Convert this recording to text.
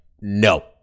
no